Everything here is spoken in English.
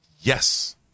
Yes